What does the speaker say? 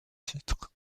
titres